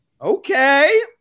Okay